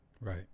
right